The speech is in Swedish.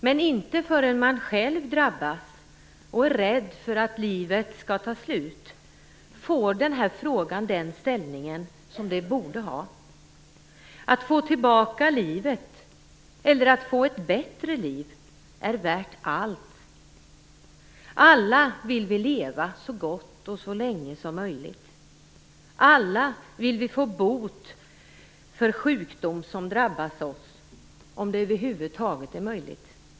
Men inte förrän man själv drabbas och är rädd för att livet skall ta slut får det den ställning som det borde ha. Att få tillbaka livet eller få ett bättre liv är värt allt. Alla vill vi leva så gott och så länge som möjligt. Alla vill vi få bot för sjukdom som drabbat oss om det över huvud taget är möjligt.